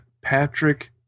Patrick